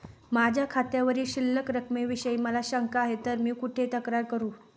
माझ्या खात्यावरील शिल्लक रकमेविषयी मला शंका आहे तर मी कुठे तक्रार करू?